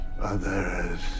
Others